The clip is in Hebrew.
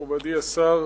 מכובדי השר,